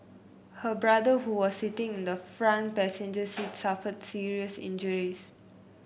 her brother who was sitting in the front passenger seat suffered serious injuries